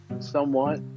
somewhat